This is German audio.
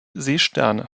seesterne